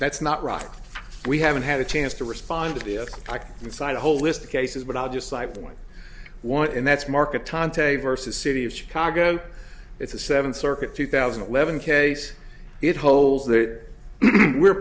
that's not right we haven't had a chance to respond to the inside a whole list of cases but i'll just cite point one and that's market tahn t versus city of chicago it's a seven circuit two thousand and eleven case it holds that we're